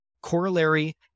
Corollary